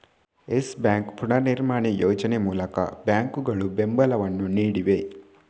Yes Bank ಪುನರ್ನಿರ್ಮಾಣ ಯೋಜನೆ ಮೂಲಕ ಬ್ಯಾಂಕುಗಳು ಬೆಂಬಲವನ್ನು ನೀಡಿವೆ